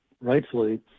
rightfully